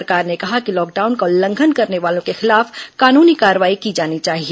सरकार ने कहा कि लॉकडाउन का उल्लंघन करने वालों के खिलाफ कानूनी कार्रवाई की जानी चाहिए